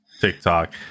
tiktok